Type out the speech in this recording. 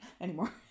anymore